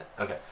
Okay